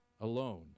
alone